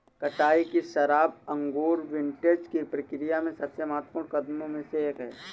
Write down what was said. कटाई की शराब अंगूर विंटेज की प्रक्रिया में सबसे महत्वपूर्ण कदमों में से एक है